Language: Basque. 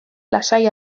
lasai